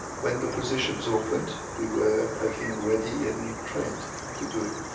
when the positions opened, we were, i think, ready and trained to do it.